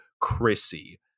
Chrissy